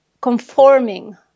conforming